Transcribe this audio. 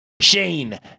Shane